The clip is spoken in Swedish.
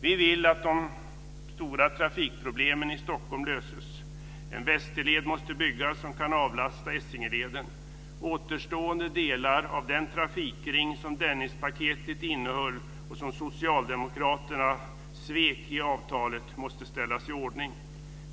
Vi vill att de stora trafikproblemen i Stockholm löses. En västerled måste byggas som kan avlasta Dennispaketet innehöll och som socialdemokraterna svek i avtalet måste ställas i ordning.